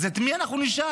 את מי נשאל,